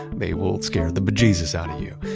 they will scare the bejesus out of you,